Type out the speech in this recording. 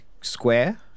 square